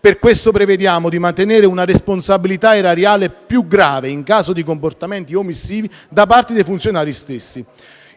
Per questo prevediamo di mantenere una responsabilità erariale più grave in caso di comportamenti omissivi da parte dei funzionari stessi.